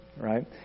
right